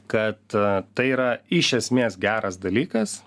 kad tai yra iš esmės geras dalykas